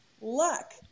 luck